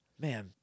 Man